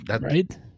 Right